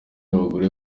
abagore